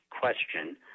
question